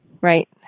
right